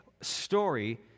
story